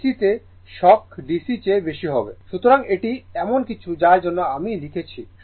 সুতরাং এটি এমন কিছু যার জন্য আমি লিখেছি